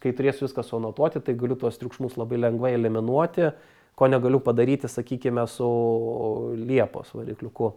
kai turėsiu viską suanotuoti tai galiu tuos triukšmus labai lengvai eliminuoti ko negaliu padaryti sakykime su liepos varikliuku